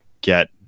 get